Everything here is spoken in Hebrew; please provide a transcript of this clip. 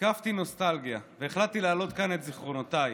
נתקפתי נוסטלגיה והחלטתי להעלות כאן את זיכרונותיי.